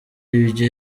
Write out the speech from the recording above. ibyo